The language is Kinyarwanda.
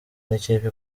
n’ikipe